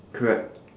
correct